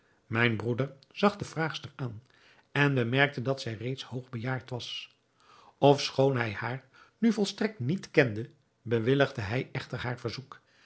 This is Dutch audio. mijn broeder zag de vraagster aan en bemerkte dat zij reeds hoog bejaard was ofschoon hij haar nu volstrekt niet kende bewilligde hij echter in haar verzoek